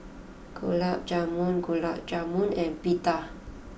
Gulab Jamun Gulab Jamun and Pita